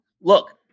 look